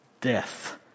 death